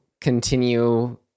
continue